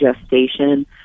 gestation